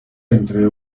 entre